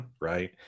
right